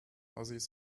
ossis